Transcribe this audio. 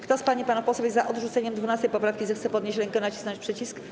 Kto z pań i panów posłów jest za odrzuceniem 12. poprawki, zechce podnieść rękę i nacisnąć przycisk.